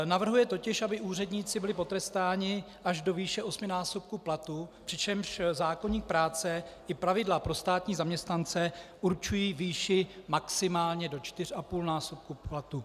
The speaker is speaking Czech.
Navrhuje totiž, aby úředníci byli potrestáni až do výše osminásobku platu, přičemž zákoník práce i pravidla pro státní zaměstnance určují výši maximálně do čtyřapůlnásobku platu.